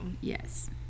yes